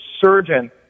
surgeon